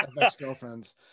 ex-girlfriends